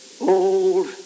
old